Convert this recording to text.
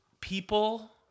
people